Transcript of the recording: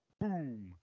boom